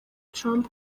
trump